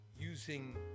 using